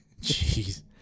Jeez